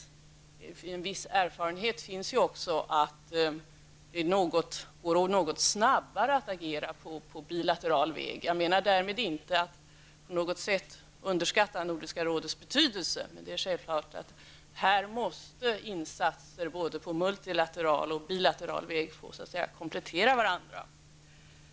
Det finns en viss erfarenhet av att det går något snabbare att agera på bilateral väg. Jag vill därmed inte på något sätt underskatta Nordiska rådets betydelse, men självfallet måste insatser som görs både på multilateral och på bilateral väg komplettera varandra.